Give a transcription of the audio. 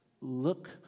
look